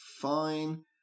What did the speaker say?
fine